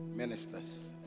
ministers